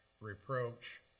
reproach